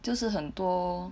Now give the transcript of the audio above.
就是很多